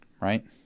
right